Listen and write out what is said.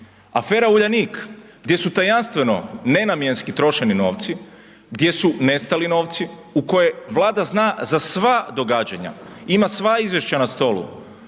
Afera Uljanik gdje su tajanstveno nenamjenski trošeni novci, gdje su nestali novci u kojem Vlada zna za sva događanja, ima sva izvješća na stolu,